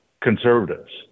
conservatives